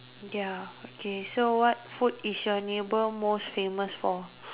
ya okay so what food is your neighbor most famous for